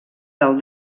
del